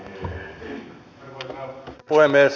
arvoisa puhemies